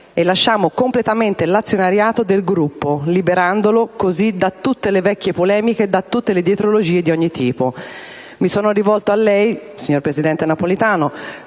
e lasciamo completamente l'azionariato del Gruppo liberandolo così da tutte le vecchie polemiche e da tutte le dietrologie di ogni tipo. Mi sono rivolto a Lei perché, per ottenere